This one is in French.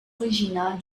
originale